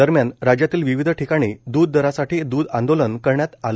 दरम्यान राज्यातील विविध ठीकाणी दूध दरासाठी द्ध आंदोलन करण्यात आल